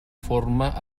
forma